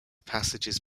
passages